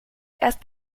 erst